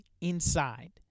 inside